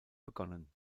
begonnen